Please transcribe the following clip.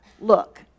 Look